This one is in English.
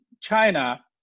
China